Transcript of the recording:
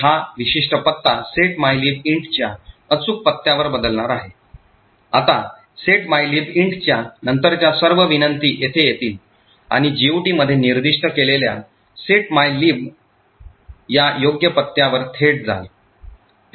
हा विशिष्ट पत्ता set mylib int च्या अचूक पत्त्यावर बदलणार आहे आता set mylib int च्या नंतरच्या सर्व विनंती येथे येतील आणि GOT मध्ये निर्दिष्ट केलेल्या set mylib int च्या योग्य पत्त्यावर थेट जाल